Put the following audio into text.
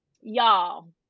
y'all